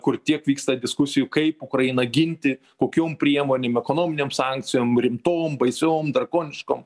kur tiek vyksta diskusijų kaip ukrainą ginti kokiom priemonėm ekonominėm sankcijom rimtom baisiom drakoniškom